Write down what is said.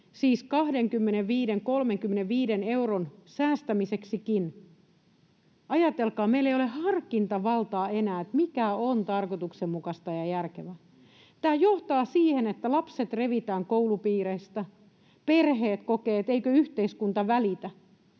siis 25—35 euron säästämiseksikin. Ajatelkaa: meillä ei ole enää harkintavaltaa, että mikä on tarkoituksenmukaista ja järkevää. Tämä johtaa siihen, että lapset revitään koulupiireistä ja perheet kokevat, että eikö yhteiskunta välitä.